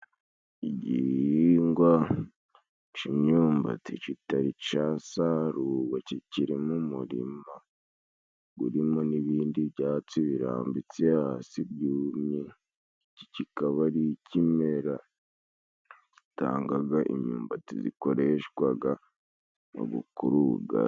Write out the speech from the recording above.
Igihingwa c'imyumbati citari casarugwa cikiri mu murima gurimo n'ibindi byatsi birambitse hasi byumye, iki kikaba ari ikimera gitangaga imyumbati zikoreshwaga mu gukora ubugari.